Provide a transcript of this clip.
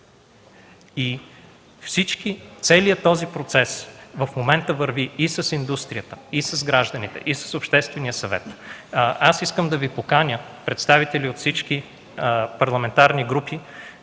Целият този процес в момента върви и с индустрията, и с гражданите, и с Обществения съвет. Аз искам да поканя представители от всички парламентарни групи